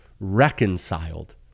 reconciled